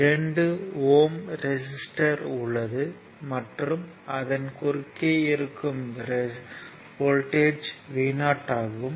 2 ohm resistor உள்ளது மற்றும் அதன் குறுக்கே இருக்கும் வோல்ட்டேஜ் Vo ஆகும்